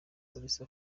barca